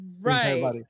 right